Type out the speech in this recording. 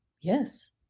Yes